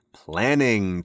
planning